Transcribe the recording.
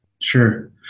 Sure